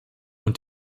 und